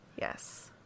Yes